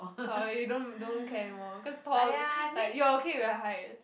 oh you don't don't care anymore cause tall like you okay with your height